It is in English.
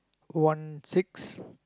one six